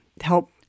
help